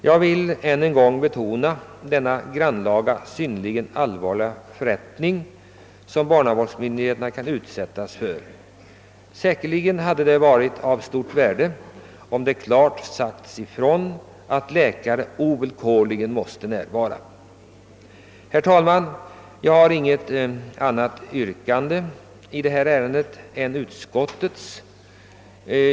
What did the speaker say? Jag vill än en gång betona hur grannlaga och allvarlig denna förrättning är, som barnavårdsnämnderna kan nödgas utföra. Säkerligen hade det varit av stort värde, om det klart sagts ifrån att läkare ovillkorligen måste närvara. Herr talman! Jag har inte något annat yrkande i detta ärende än om bifall till utskottets hemställan.